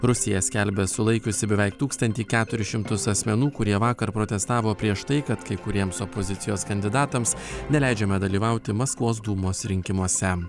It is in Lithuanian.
rusija skelbia sulaikiusi beveik tūkstantį keturis šimtus asmenų kurie vakar protestavo prieš tai kad kai kuriems opozicijos kandidatams neleidžiama dalyvauti maskvos dūmos rinkimuose